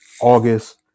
august